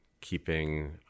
keeping